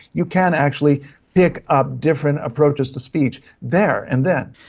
you can actually pick up different approaches to speech there and then.